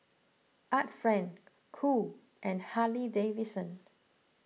Art Friend Cool and Harley Davidson